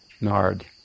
Nard